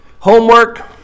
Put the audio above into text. Homework